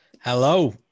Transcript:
Hello